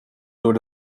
door